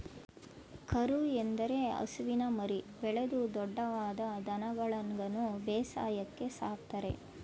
ಕರು ಎಂದರೆ ಹಸುವಿನ ಮರಿ, ಬೆಳೆದು ದೊಡ್ದವಾದ ದನಗಳನ್ಗನು ಬೇಸಾಯಕ್ಕೆ ಸಾಕ್ತರೆ